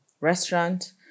restaurant